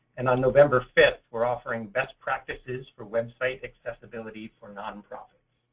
and on november fifth, we're offering best practices for website accessibility for nonprofits.